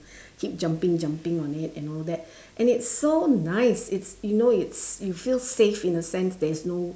keep jumping jumping on it and all that and it's so nice it's you know you you feel safe in a sense there's no